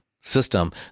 system